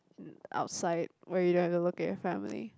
outside where you don't have to look at your family